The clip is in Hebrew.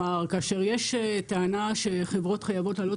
כאשר יש טענה שחברות חייבות להעלות